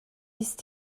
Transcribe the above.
ist